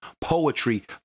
poetry